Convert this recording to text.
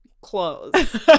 clothes